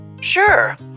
Sure